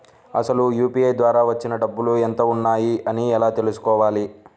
అసలు యూ.పీ.ఐ ద్వార వచ్చిన డబ్బులు ఎంత వున్నాయి అని ఎలా తెలుసుకోవాలి?